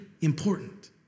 important